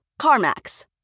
CarMax